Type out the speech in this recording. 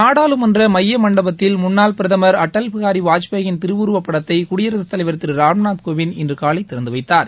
நாடாளுமன்ற மைய மண்டபத்தில் முன்னாள் பிரதமர் அடல் பிஹாரி வாஜ்பேயின் திருவுருவப் படத்தை குடியரசு தலைவர் திரு ராம்நாத் கோவிந்த் இன்று காலை திறந்து வைத்தார்